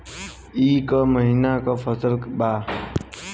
ई क महिना क फसल बा?